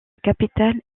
capitale